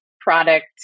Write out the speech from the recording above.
product